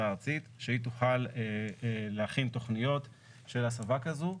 הארצית שהיא תוכל להכין תוכניות של הסבה כזאת.